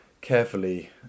carefully